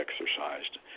exercised